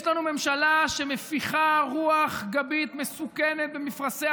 יש לנו ממשלה שמפיחה רוח גבית מסוכנת במפרשי